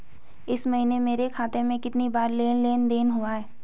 इस महीने मेरे खाते में कितनी बार लेन लेन देन हुआ है?